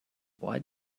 why